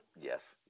yes